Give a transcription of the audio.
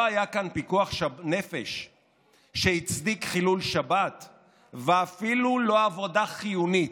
לא היה כאן פיקוח נפש שהצדיק חילול שבת ואפילו לא עבודה חיונית.